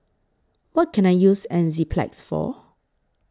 What Can I use Enzyplex For